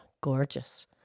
Gorgeous